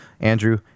andrew